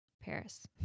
paris